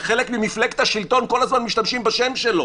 שחלק ממפלגת השלטון כל הזמן משתמשים בשם שלו.